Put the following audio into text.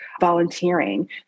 volunteering